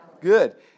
Good